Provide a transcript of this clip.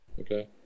Okay